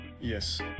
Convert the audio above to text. Yes